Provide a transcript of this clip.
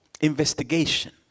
investigation